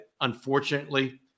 unfortunately